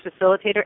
facilitator